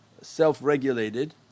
self-regulated